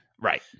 right